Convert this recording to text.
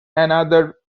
another